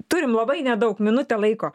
turim labai nedaug minutę laiko